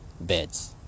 beds